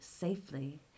safely